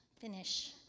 Finish